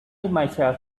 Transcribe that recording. myself